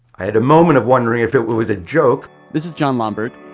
i had a moment of wondering if it was a joke this is jon lomberg.